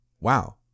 Wow